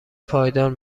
پایدار